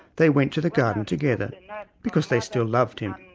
they went to the garden together because they still loved him.